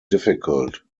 difficult